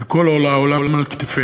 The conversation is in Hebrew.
כי כל העולם על כתפיהם,